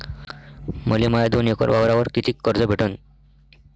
मले माया दोन एकर वावरावर कितीक कर्ज भेटन?